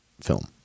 film